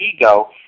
ego